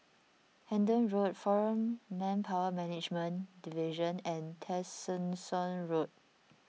Hendon Road foreign Manpower Management Division and Tessensohn Road